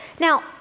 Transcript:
Now